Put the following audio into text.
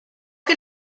que